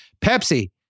Pepsi